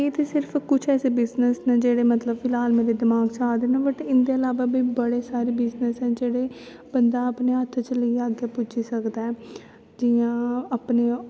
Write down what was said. एह् ते सिर्फ कुश बिजनस नै जेह्ड़े फिलहास मेरे दमाक च आ दे नै बट इंदे इलावा बी बड़े सारे बिजनस ऐं जेह्ड़े बंदा अपने हत्थ च लेईयै अग्गैं पुज्जी सकदा ऐ जियां अपने